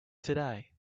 today